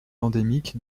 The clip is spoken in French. endémique